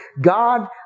God